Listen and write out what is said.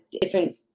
different